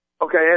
Okay